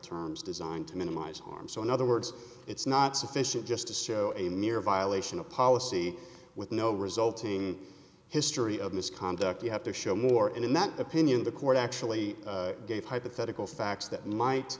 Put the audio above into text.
terms designed to minimize harm so in other words it's not sufficient just to show a mere violation of policy with no resulting history of misconduct you have to show more and in that opinion the court actually gave hypothetical facts that might